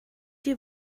die